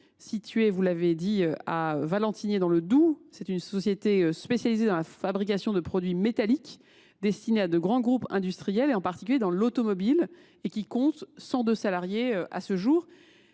située, vous l’avez dit, à Valentigney dans le Doubs. Cette société spécialisée dans la fabrication de produits métalliques destinés à de grands groupes industriels, en particulier automobiles, compte 102 salariés à ce jour.